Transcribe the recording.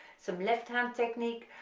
some left hand technique,